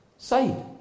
side